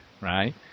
right